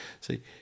See